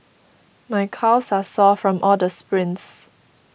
my calves are sore from all the sprints